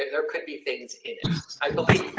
there could be things in i believe